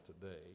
today